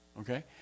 okay